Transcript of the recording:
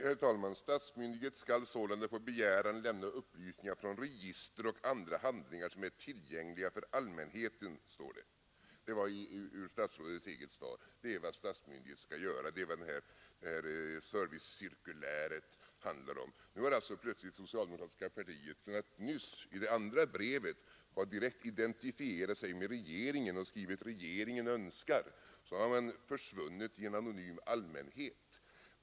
Herr talman! ”Statsmyndighet skall sålunda på begäran lämna upplysningar från register och andra handlingar som är tillgängliga för allmänheten”, står det i statsrådets eget svar. Det är vad statsmyndighet enligt servicecirkuläret skall göra. Nu har plötsligt det socialdemokratiska partiet, från att nyss — i det andra brevet — ha identifierat sig med regeringen genom att skriva ”regeringen önskar”, försvunnit i en anonym allmänhet.